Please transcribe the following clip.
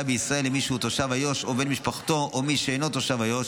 בישראל למי שהוא תושב איו"ש או בן משפחתו או מי שאינו תושב איו"ש,